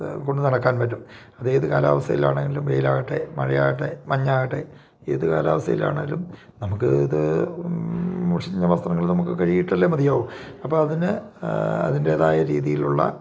കൊണ്ട് നടക്കാൻ പറ്റും അത് ഏത് കാലാവസ്ഥയിൽ ആണെങ്കിലും വെയിലാവട്ടെ മഴയാകട്ടെ മഞ്ഞാകട്ടെ ഏത് കാലാവസ്ഥയിൽ ആണെങ്കിലും നമുക്ക് ഇത് മുഷിഞ്ഞ വസ്ത്രങ്ങൾ നമുക്ക് കഴുകിയല്ലേ മതിയാവു അപ്പം അതിന് അതിൻ്റേതായ രീതിയിലുള്ള